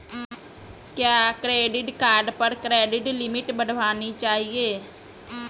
क्या credit card पर credit limit बढ़ानी चाहिए?